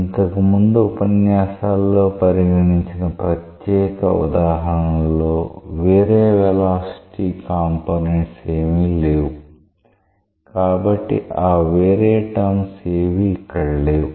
ఇంతకుముందు ఉపన్యాసాల్లో పరిగణించిన ప్రత్యేక ఉదాహరణలో వేరే వెలాసిటీ కాంపోనెంట్స్ ఏమీ లేవు కాబట్టి ఆ వేరే టర్మ్స్ ఏవి ఇక్కడ లేవు